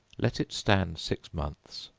let it stand six months,